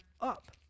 Up